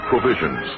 provisions